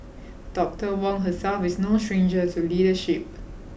Doctor Wong herself is no stranger to leadership